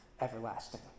everlasting